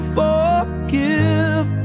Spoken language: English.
forgive